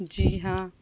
جی ہاں